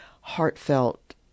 heartfelt